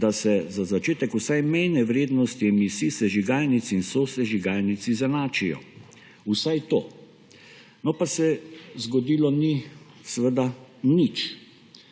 da se za začetek vsaj mejne vrednosti emisij sežigalnic in sosežigalnic izenačijo. Vsaj to. No, pa se seveda ni zgodilo nič.